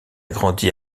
grandi